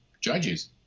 judges